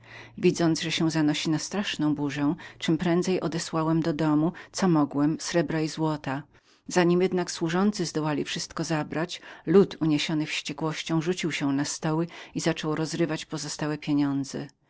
widząc że się zanosi na straszną burzę czemprędzej odesłałem do domu co mogłem srebra i złota zanim jednak służący zdołali wszystko unieść lud uniesiony wściekłością rzucił się na stoły i zaczął rozrywać pozostałe pieniądze